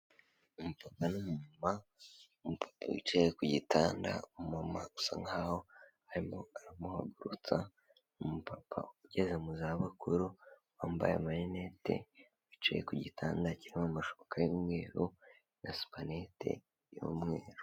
Umupapa n'umumama, umupapa wicaye ku gitanda, umumama usa nk'aho arimo aramuhagurutsa, umupapa ugeze mu zabukuru, wambaye amarinete, wicaye ku gitanda kirimo amashuka y'umweru na supanete y'umweru.